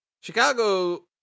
Chicago